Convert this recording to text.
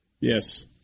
Yes